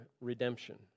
redemption